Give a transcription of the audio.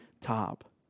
top